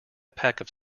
packet